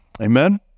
Amen